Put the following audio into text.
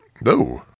No